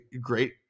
great